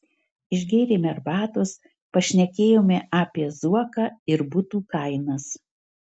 išgėrėme arbatos pašnekėjome apie zuoką ir butų kainas